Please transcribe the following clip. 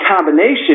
combination